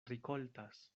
rikoltas